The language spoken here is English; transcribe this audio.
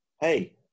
hey